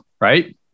Right